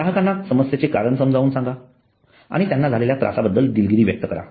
ग्राहकांना समस्येचे कारण समजावून सांगा आणि त्यांना झालेल्या त्रासाबद्दल दिलगिरी व्यक्त करा